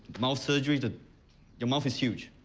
mouth surgery to your mouth is huge.